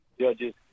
judges